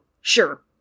Sure